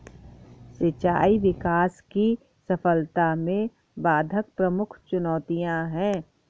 सिंचाई विकास की सफलता में बाधक प्रमुख चुनौतियाँ है